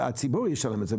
הציבור ישלם את זה.